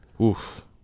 Oof